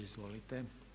Izvolite.